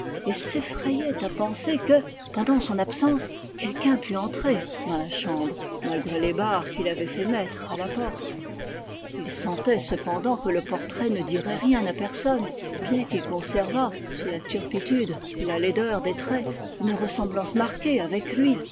et s'effrayait à penser que pendant son absence quelqu'un pût entrer dans la chambre malgré les barres qu'il avait fait mettre à la porte il sentait cependant que le portrait ne dirait rien à personne bien qu'il conservât sous la turpitude et la laideur des traits une ressemblance marquée avec lui